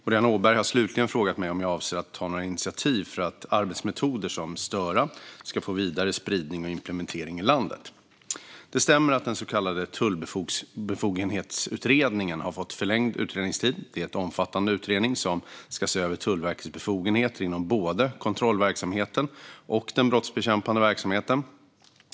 Boriana Åberg har slutligen frågat mig om jag avser att ta några initiativ för att arbetsmetoder som Störa ska få vidare spridning och implementering i landet. Det stämmer att den så kallade Tullbefogenhetsutredningen har fått förlängd utredningstid. Det är en omfattande utredning som ska se över Tullverkets befogenheter inom både kontrollverksamheten och den brottsbekämpande verksamheten.